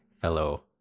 fellow